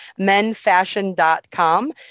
menfashion.com